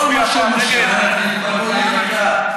תרשה לי.